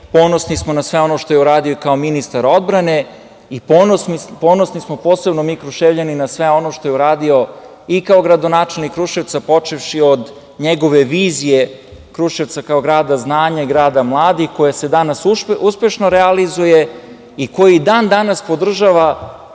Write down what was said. Ponosni smo i na sve ono što je uradio kao ministar odbrane i ponosni smo posebno mi Kruševljani na sve ono što je uradio i kao gradonačelnik Kruševca, počevši od njegove vizije Kruševca kao grada znanja, grada mladih, koja se danas uspešno realizuje i koji i dan-danas podržava